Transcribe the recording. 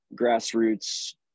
grassroots